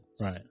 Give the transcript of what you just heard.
Right